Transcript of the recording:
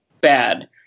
bad